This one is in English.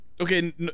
Okay